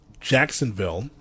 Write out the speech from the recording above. Jacksonville